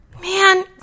man